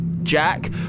Jack